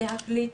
להקליט,